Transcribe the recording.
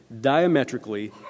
diametrically